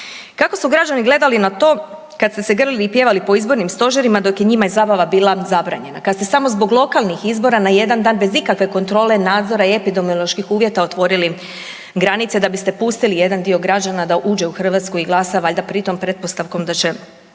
Kako su građani gledali na to kad ste se grlili i pjevali po izbornim stožerima dok je njima zabava bila zabranjena, kad ste samo zbog lokalnih izbora na jedan dan bez ikakve kontrole nadzora i epidemioloških uvjeta otvorili granice da biste pustili jedan dio građana da uđe u Hrvatsku i glasa valjda pritom, pretpostavkom da će